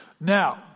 Now